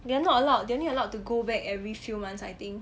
they are not allowed they only allowed to go back every few months I think